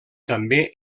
també